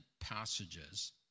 passages